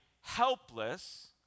helpless